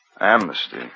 Amnesty